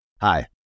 Hi